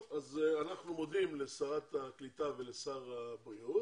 טוב, אז אנחנו מודים לשרת הקליטה ולשר הבריאות